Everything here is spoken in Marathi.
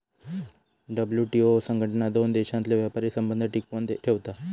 डब्ल्यूटीओ संघटना दोन देशांतले व्यापारी संबंध टिकवन ठेवता